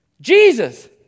Jesus